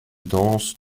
danse